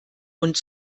und